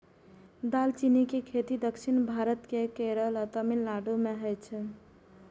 दालचीनी के खेती दक्षिण भारत केर केरल आ तमिलनाडु मे होइ छै